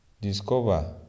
discover